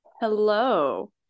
Hello